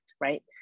right